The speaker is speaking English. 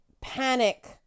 panic